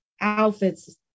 outfits